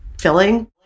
filling